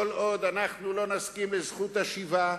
כל עוד לא נסכים לזכות השיבה,